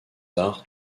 arts